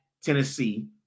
Tennessee